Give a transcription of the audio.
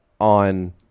on